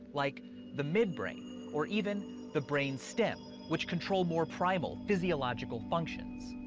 like the midbrain or even the brain stem, which control more primal physiological functions.